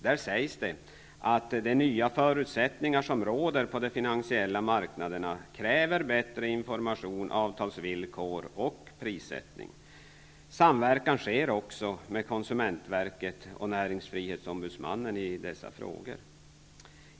Där sägs det att de nya förutsättningar som råder på de finansiella marknaderna kräver bättre information, avtalsvillkor och prissättning. Samverkan sker med konsumentverket och näringsfrihetsombudsmannen i dessa frågor.